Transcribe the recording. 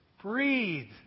breathe